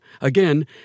Again